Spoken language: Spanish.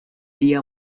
día